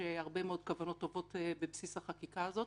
הרבה מאוד כוונות טובות בבסיס החקיקה הזאת